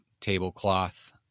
tablecloth